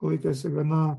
laikėsi gana